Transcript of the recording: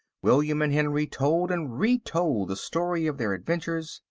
william and henry told and retold the story of their adventures.